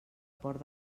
port